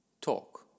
Talk